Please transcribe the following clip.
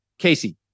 Casey